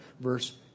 verse